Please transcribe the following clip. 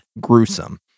gruesome